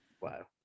Wow